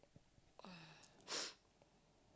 uh